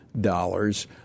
dollars